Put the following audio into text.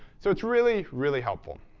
so it's really, really helpful.